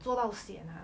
做到 sian !huh!